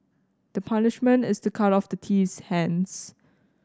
the punishment is to cut off the thief's hands